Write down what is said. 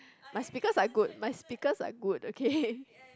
my speakers are good my speakers are good okay